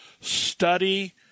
Study